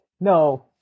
No